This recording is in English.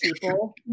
people